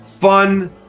Fun